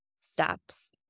steps